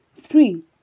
Three